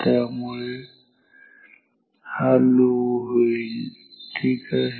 त्यामुळे हा लो होईल ठीक आहे